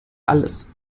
alles